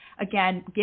Again